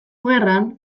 gerran